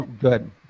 good